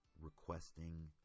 requesting